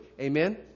Amen